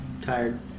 Tired